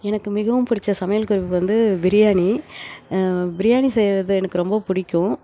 எனக்கு மிகவும் பிடித்த சமையல் குறிப்பு வந்து பிரியாணி பிரியாணி செய்கிறது எனக்கு ரொம்ப பிடிக்கும்